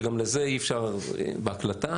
שגם זה אי אפשר להעביר בהקלטה,